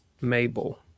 Mabel